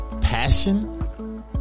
passion